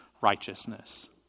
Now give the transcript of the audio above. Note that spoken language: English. righteousness